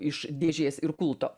iš dėžės ir kulto